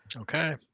Okay